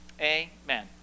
amen